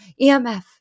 EMF